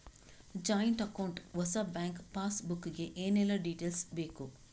Joint account ಹೊಸ bank passbook ಗೆ ಏನೆಲ್ಲ ಡೀಟೇಲ್ಸ್ ಬೇಕು?